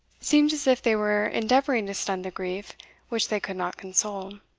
seemed as if they were endeavouring to stun the grief which they could not console.